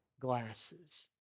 glasses